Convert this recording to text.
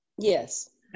Yes